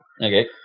Okay